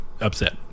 upset